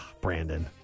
Brandon